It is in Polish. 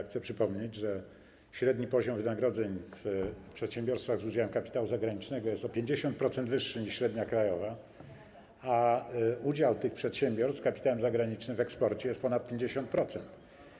Chcę przypomnieć, że średni poziom wynagrodzeń w przedsiębiorstwach z udziałem kapitału zagranicznego jest o 50% wyższy niż średnia krajowa, a udział tych przedsiębiorstw z kapitałem zagranicznym w eksporcie to jest ponad 50%.